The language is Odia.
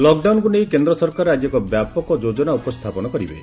ଲକ୍ଡାଉନକୁ ନେଇ କେନ୍ଦ୍ର ସରକାର ଆଜି ଏକ ବ୍ୟାପକ ଯୋଜନା ଉପସ୍ଥାପନ କରିବେ